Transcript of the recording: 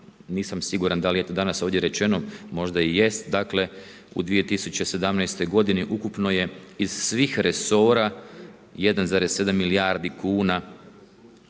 nisam siguran da li je to danas ovdje rečeno, možda i jest. Dakle u 2017. godini ukupno je iz svih resora 1,7 milijardi kuna